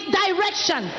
direction